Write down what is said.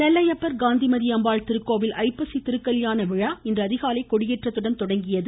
நெல்லையப்பர் காந்திமதியம்மாள் திருக்கோவில் ஐப்பசி திருக்கல்யாண விழா இன்று அதிகாலை கொடியேற்றத்துடன் தொடங்கியது